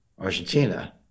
Argentina